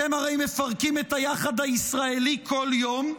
אתם הרי מפרקים את היחד הישראלי כל יום,